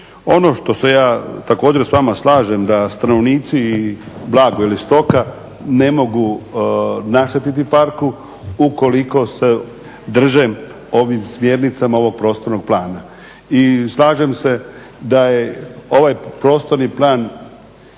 Ono što se ja također s vama slažem da stanovnici i blago ili stoka ne mogu naštetiti parku ukoliko se drže ovim smjernicama ovog prostornog plana. I slažem se da je ovaj prostorni plan,